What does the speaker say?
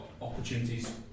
opportunities